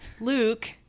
Luke